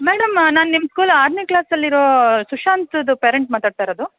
madam ನಾ ನಿಮ್ಮ ಸ್ಕೂಲ ಆರನೇ ಕ್ಲಾಸಲ್ಲಿ ಇರೋ ಸುಶಾಂತ್ದು ಪೇರೆಂಟ್ ಮಾತಾಡ್ತಾಯಿರೋದು